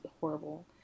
horrible